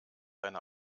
deine